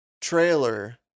trailer